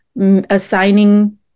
assigning